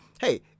hey